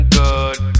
good